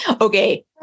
Okay